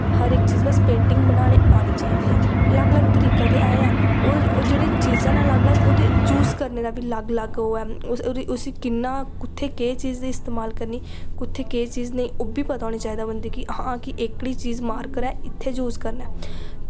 हर इर चीज़ बस पेंटिंग बनाने आनी चाहिदी ऐ अलग अलग तरीका ते है ऐ ओह् जेह्ड़ा चीज़ां न अलग अलग ओह्दे यूस करने दा बी अलग अलग ओह् ऐ उसी कि'यां कु'त्थे केह् चीज़ इस्तमाल करनी कु'त्थें केह् चीज़ नेईं उब्बी पता होना चाहिदा कि हां कि एह्कड़ी चीज़ मार्कर ऐ इत्थें यूस करना ऐ